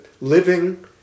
Living